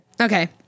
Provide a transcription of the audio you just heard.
Okay